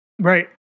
Right